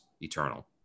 eternal